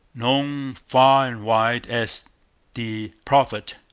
known far and wide as the prophet,